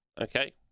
okay